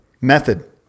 Method